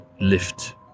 Lift